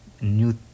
new